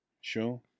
Sure